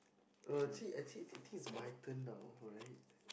uh actually actually I think it's my turn now right